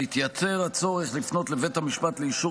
ויתייתר הצורך לפנות לבית המשפט לאישור